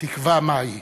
תקווה מהי.